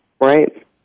right